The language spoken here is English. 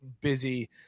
busy